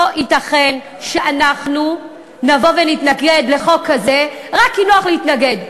לא ייתכן שאנחנו נבוא ונתנגד לחוק כזה רק כי נוח להתנגד.